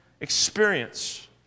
experience